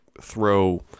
throw